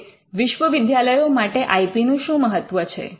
હવે વિશ્વ વિદ્યાલયો માટે આઈ પી નું શું મહત્વ છે